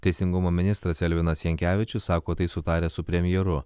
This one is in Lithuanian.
teisingumo ministras elvinas jankevičius sako tai sutaręs su premjeru